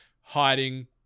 hiding